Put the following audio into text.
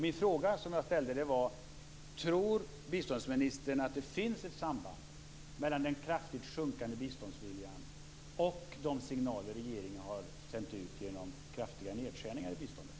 Den fråga jag ställde var: Tror biståndsministern att det finns ett samband mellan den kraftigt sjunkande biståndsviljan och de signaler som regeringen har sänt ut genom kraftiga nedskärningar i biståndet?